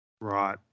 right